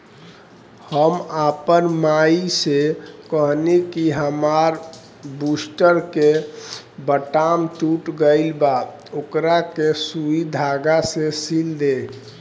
हम आपन माई से कहनी कि हामार बूस्टर के बटाम टूट गइल बा ओकरा के सुई धागा से सिल दे